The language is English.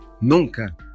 Nunca